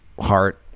heart